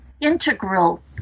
integral